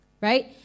right